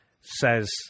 says